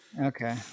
Okay